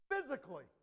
physically